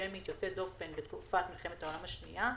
אנטישמית יוצאת דופן בתקופת מלחמת העולם השנייה,